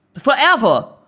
Forever